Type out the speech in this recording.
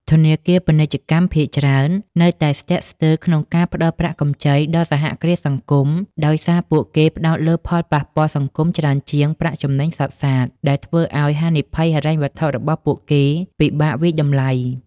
ធនាគារពាណិជ្ជកម្មភាគច្រើននៅតែស្ទាក់ស្ទើរក្នុងការផ្តល់ប្រាក់កម្ចីដល់សហគ្រាសសង្គម ដោយសារពួកគេផ្តោតលើផលប៉ះពាល់សង្គមច្រើនជាងប្រាក់ចំណេញសុទ្ធសាធ ដែលធ្វើឱ្យហានិភ័យហិរញ្ញវត្ថុរបស់ពួកគេពិបាកវាយតម្លៃ ។